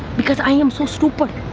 because i am so stupid.